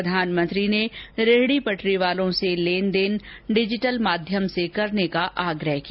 प्रधानमंत्री ने रेहड़ी पटरी वालों से लेनदेन डिजिटल माध्यम से करने का आग्रह किया